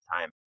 time